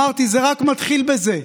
זה רק מתחיל בזה.